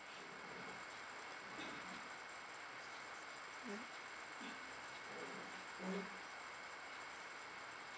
mm